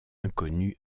inconnu